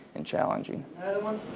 and challenging. and um um